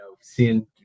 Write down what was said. seeing –